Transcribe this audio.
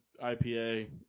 IPA